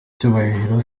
icyubahiro